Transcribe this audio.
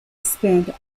spent